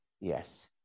yes